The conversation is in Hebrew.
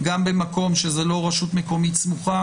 גם במקום שזאת לא רשות מקומית סמוכה.